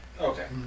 Okay